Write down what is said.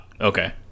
Okay